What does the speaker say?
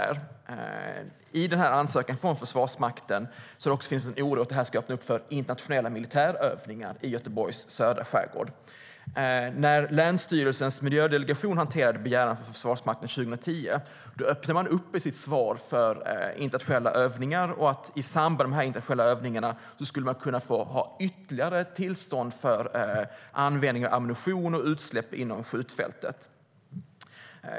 Det finns en oro för att Försvarsmaktens ansökan ska öppna upp för internationella militärövningar i Göteborgs södra skärgård. När länsstyrelsens miljödelegation hanterade Försvarsmaktens begäran 2010 öppnade man i sitt svar upp för internationella övningar och för att man i samband med dessa skulle kunna ge ytterligare tillstånd för användning av ammunition och utsläpp inom skjutfältet.